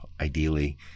Ideally